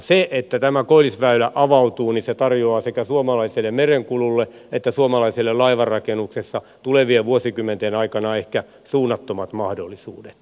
se että tämä koillisväylä avautuu tarjoaa sekä suomalaiselle merenkululle että suomalaiselle laivanrakennukselle tulevien vuosikymmenten aikana ehkä suunnattomat mahdollisuudet